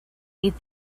eat